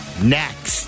next